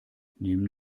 nimm